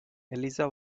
eliza